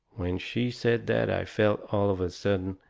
when she said that i felt, all of a sudden,